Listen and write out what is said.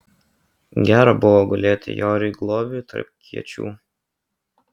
gera buvo gulėti joriui globiui tarp kiečių